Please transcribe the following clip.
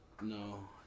No